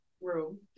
Room